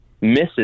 misses